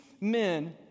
men